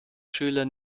schüler